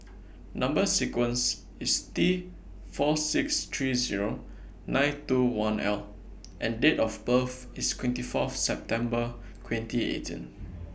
Number sequence IS T four six three Zero nine two one L and Date of birth IS twenty Fourth September twenty eighteen